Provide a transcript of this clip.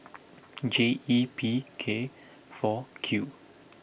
J E P K four Q